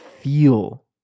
feel